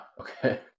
Okay